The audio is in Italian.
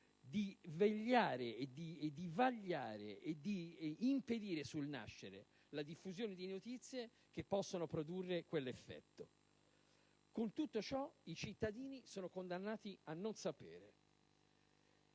di vegliare, di vagliare e di impedire sul nascere la diffusione di notizie che possono produrre quell'effetto. Con tutto ciò, i cittadini sono condannati a non sapere.